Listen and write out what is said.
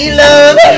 love